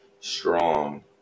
strong